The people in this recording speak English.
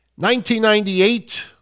1998